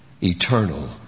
eternal